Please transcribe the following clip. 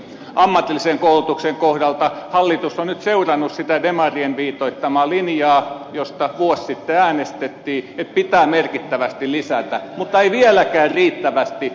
ammatillisen koulutuksen kohdalta hallitus on nyt seurannut sitä demarien viitoittamaa linjaa josta vuosi sitten äänestettiin että pitää merkittävästi lisätä mutta ei vieläkään riittävästi